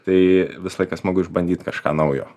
tai visą laiką smagu išbandyt kažką naujo